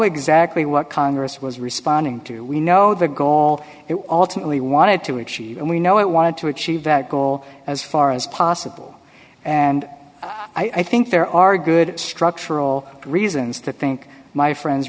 exactly what congress was responding to we know the goal it alternately wanted to achieve and we know it wanted to achieve that goal as far as possible and i think there are good structural reasons to think my friend